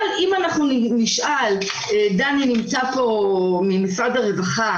אבל אם נשאל דני נמצא פה ממשרד הרווחה